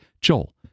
Joel